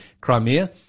Crimea